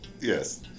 Yes